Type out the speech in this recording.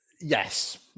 Yes